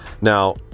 Now